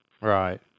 Right